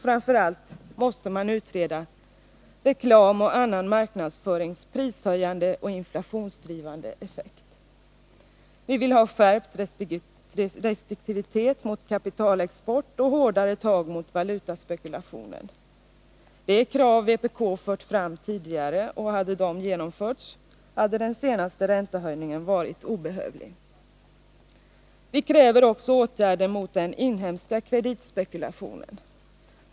Framför allt måste reklamens och annan marknadsförings prishöjande och inflationsdrivande effekter utredas. En skärpt restriktivitet mot kapitalexport och hårdare tag mot valutaspekulation är krav som vpk nu för fram liksom vi har gjort tidigare. Om dessa hade genomförts, så hade den senaste räntehöjningen varit obehövlig. Vi kräver vidare åtgärder mot den inhemska kreditspekulationen.